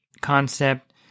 concept